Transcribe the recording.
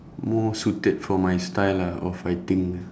more suited for my style ah of fighting ah